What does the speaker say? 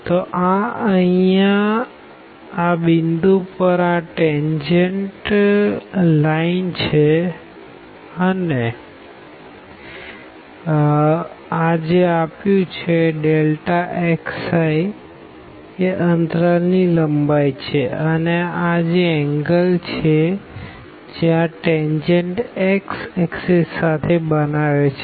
તો આ અહિયાં iપોઈન્ટ પર આ ટેનજેન્ટ લાઈન છે અને xi એ અંતરાલ ની લંબાઈ છે અને આ કોણ છે જે આ ટેનજેન્ટ x એક્ષિસ સાથે બનાવે છે